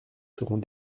seront